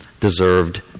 deserved